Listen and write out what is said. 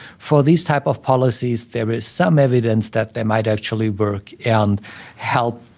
for these type of policies, there is some evidence that they might actually work and help,